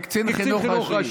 כקצין חינוך ראשי.